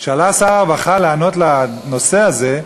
כשעלה שר הרווחה לענות לנושא הזה,